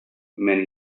many